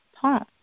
palm